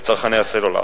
לצרכני הסלולר.